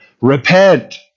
Repent